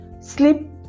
sleep